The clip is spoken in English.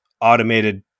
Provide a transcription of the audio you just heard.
automated